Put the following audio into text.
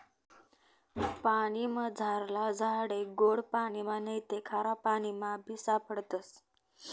पानीमझारला झाडे गोड पाणिमा नैते खारापाणीमाबी सापडतस